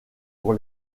pour